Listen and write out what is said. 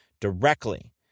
directly